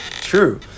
True